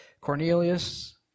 Cornelius